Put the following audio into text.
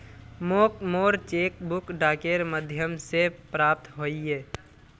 मोक मोर cheque book डाकेर माध्यम से प्राप्त होइए